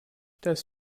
das